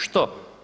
Što?